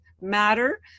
matter